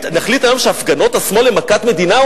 נחליט היום שהפגנות השמאל הן מכת מדינה,